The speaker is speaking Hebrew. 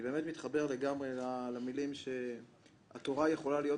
אני באמת מתחבר לגמרי למילים שהתורה יכולה להיות